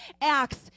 acts